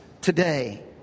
today